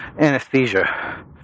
anesthesia